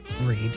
read